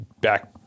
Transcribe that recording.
back